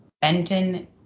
Benton